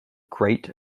great